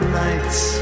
nights